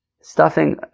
Stuffing